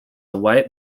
white